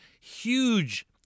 huge